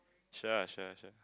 sure sure sure